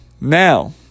now